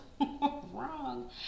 wrong